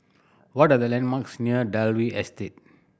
what are the landmarks near Dalvey Estate